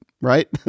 Right